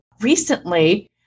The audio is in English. recently